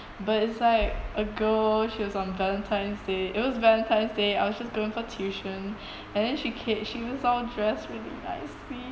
but it's like a girl she was on valentine's day it was valentine's day I was just going for tuition and then she came she was all dressed really nicely